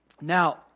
Now